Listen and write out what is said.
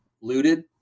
looted